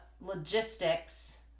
logistics